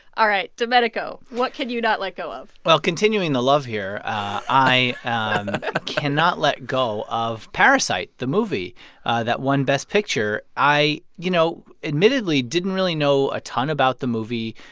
all right. domenico, what can you not let go of? well, continuing the love here, i cannot let go of parasite, the movie that won best picture. i you know, admittedly didn't really know a ton about the movie.